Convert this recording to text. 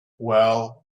well